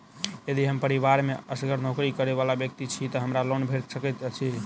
यदि हम परिवार मे असगर नौकरी करै वला व्यक्ति छी तऽ हमरा लोन भेट सकैत अछि?